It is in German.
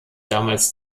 damals